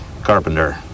carpenter